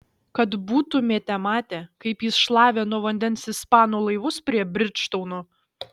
kad būtumėte matę kaip jis šlavė nuo vandens ispanų laivus prie bridžtauno